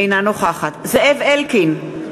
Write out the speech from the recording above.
אינה נוכחת זאב אלקין,